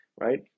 right